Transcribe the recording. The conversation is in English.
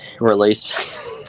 release